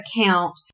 account